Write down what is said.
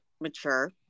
mature